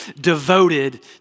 devoted